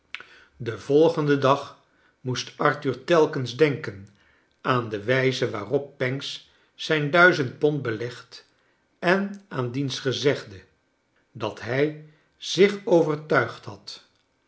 den volgenden dag moest arthur telkens denken aan de wijze waarop pancks zijn duizend pond belegd en aan diens gezegde dat hij zich overtuigd had